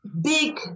big